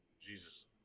Jesus